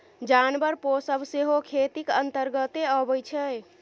जानबर पोसब सेहो खेतीक अंतर्गते अबै छै